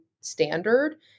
standard